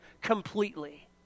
completely